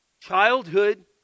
childhood